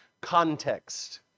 context